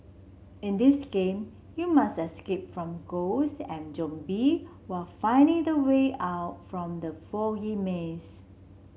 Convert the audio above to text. in this game you must escape from ghosts and zombie while finding the way out from the foggy maze